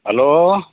hello